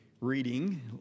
reading